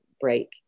break